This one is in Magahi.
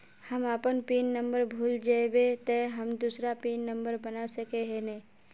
हम अपन पिन नंबर भूल जयबे ते हम दूसरा पिन नंबर बना सके है नय?